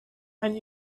and